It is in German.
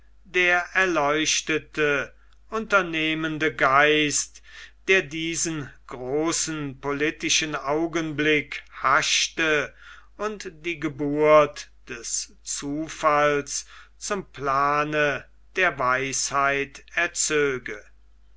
der erleuchtete unternehmende geist der diesen großen politischen augenblick haschte und die geburt des zufalls zum plane der weisheit erzöge